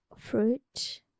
fruit